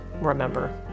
remember